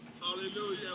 Hallelujah